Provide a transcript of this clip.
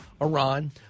Iran